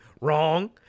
Wrong